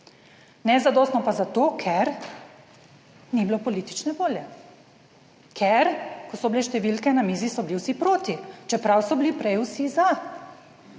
Nezadostno pa zato, ker ni bilo politične volje, ker ko so bile številke na mizi so bili vsi proti, čeprav so bili prej vsi za.